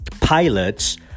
pilots